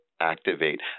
activate